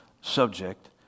subject